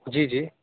جی جی